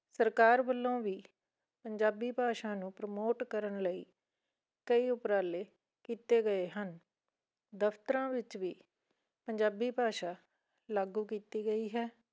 ਸਰਕਾਰ ਵੱਲੋਂ ਵੀ ਪੰਜਾਬੀ ਭਾਸ਼ਾ ਨੂੰ ਪਰਮੋਟ ਕਰਨ ਲਈ ਕਈ ਉਪਰਾਲੇ ਕੀਤੇ ਗਏ ਹਨ ਦਫਤਰਾਂ ਵਿੱਚ ਵੀ ਪੰਜਾਬੀ ਭਾਸ਼ਾ ਲਾਗੂ ਕੀਤੀ ਗਈ ਹੈ